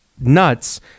nuts